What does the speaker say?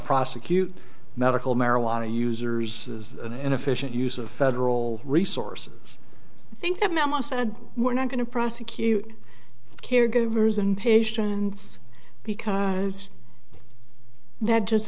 prosecute medical marijuana users and inefficient use of federal resources i think that memo said we're not going to prosecute caregivers and patients because that just